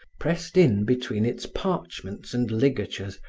pressed in between its parchments and ligatures,